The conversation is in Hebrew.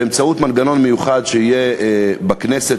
באמצעות מנגנון שיהיה בכנסת,